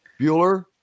Bueller